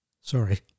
Sorry